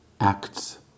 acts